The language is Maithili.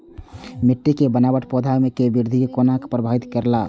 मिट्टी के बनावट पौधा के वृद्धि के कोना प्रभावित करेला?